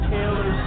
Taylor